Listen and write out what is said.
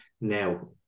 Now